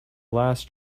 last